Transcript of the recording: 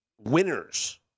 winners